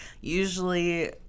Usually